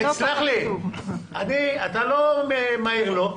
סלח לי, אתה לא מעיר לו.